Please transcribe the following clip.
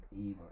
evil